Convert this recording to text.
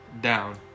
down